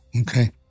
okay